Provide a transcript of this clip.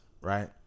right